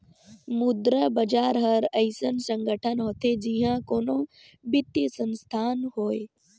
मुद्रा बजार हर अइसन संगठन होथे जिहां कोनो बित्तीय संस्थान होए